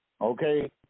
okay